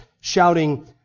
shouting